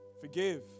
forgive